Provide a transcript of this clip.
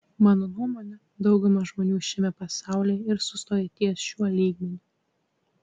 mano nuomone dauguma žmonių šiame pasaulyje ir sustojo ties šiuo lygmeniu